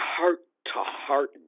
heart-to-heart